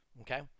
okay